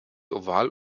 oval